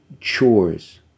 chores